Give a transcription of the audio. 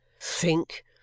Think